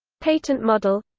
patent model